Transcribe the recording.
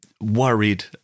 Worried